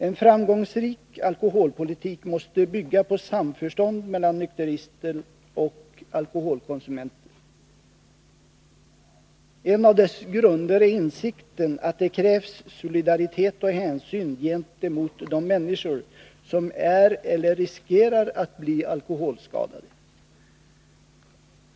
En framgångsrik alkoholpolitik måste bygga på samförstånd mellan nykterister och alkoholkonsumenter. En av dess grunder är insikten att det krävs solidaritet och hänsyn gentemot de medmänniskor som är eller riskerar att bli alkoholskadade.